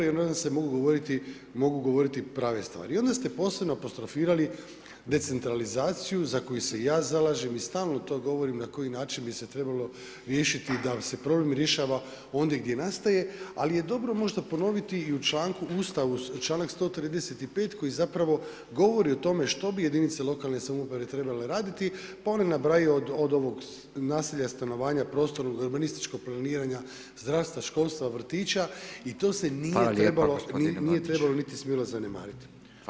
To je dobro jer onda se mogu govoriti prave stvari i onda ste posebno apostrofirali decentralizaciju za koju se ja zalažem i stalno to govorim na koji način bi se trebalo riješiti i da se problem rješava ondje gdje nastaje, ali je dobro možda ponoviti i u članku u Ustavu, članak 135. koji zapravo govori o tome što bi jedinice lokalne samouprave trebale raditi, pa one nabrajaju od ovog naselja, stanovanja, prostornog i urbanističkog planiranja, zdravstva, školstva, vrtića i to se nije trebalo niti trebalo zanemariti.